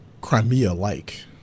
Crimea-like